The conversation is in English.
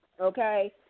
okay